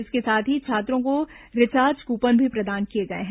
इसके साथ ही छात्रों को रिचार्ज कूपन भी प्रदान किए गए हैं